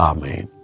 Amen